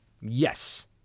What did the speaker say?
yes